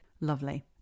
Lovely